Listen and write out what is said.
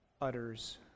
utters